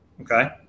Okay